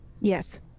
Yes